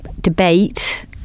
debate